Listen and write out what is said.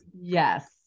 Yes